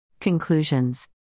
Conclusions